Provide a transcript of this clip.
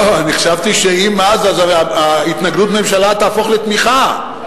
אני חשבתי שאם, אז התנגדות הממשלה תהפוך לתמיכה.